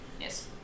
Yes